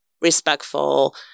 respectful